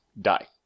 die